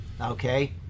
Okay